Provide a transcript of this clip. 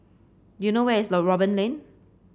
do you know where is low Robin Lane